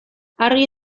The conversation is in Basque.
argi